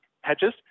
hedges